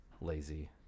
lazy